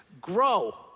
grow